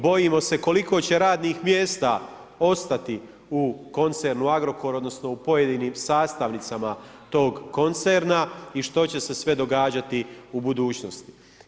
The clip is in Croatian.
Bojimo se koliko će radnih mjesta ostati u koncernu Agrokor, odnosno, u pojedinim sastavnicama tog koncerna i što će se sve događati u budućnosti.